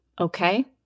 Okay